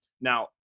Now